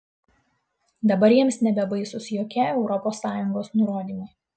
dabar jiems nebebaisūs jokie europos sąjungos nurodymai